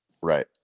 Right